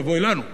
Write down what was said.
אבל אני רגוע,